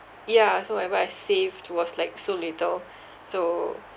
ya so whatever I saved was like so little so